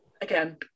again